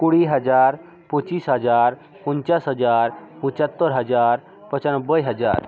কুড়ি হাজার পঁচিশ হাজার পঞ্চাশ হাজার পঁচাত্তর হাজার পঁচানব্বই হাজার